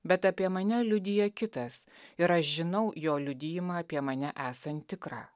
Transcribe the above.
bet apie mane liudija kitas ir aš žinau jo liudijimą apie mane esant tikrą